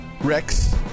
Rex